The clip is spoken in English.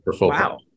Wow